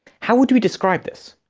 how would we describe this?